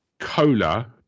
Cola